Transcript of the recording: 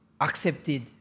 accepted